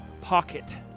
pocket